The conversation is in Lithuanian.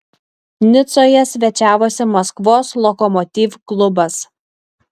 nicoje svečiavosi maskvos lokomotiv klubas